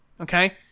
Okay